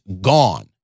gone